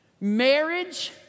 Marriage